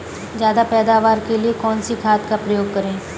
ज्यादा पैदावार के लिए कौन सी खाद का प्रयोग करें?